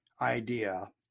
idea